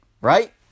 right